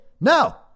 No